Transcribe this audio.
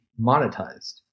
monetized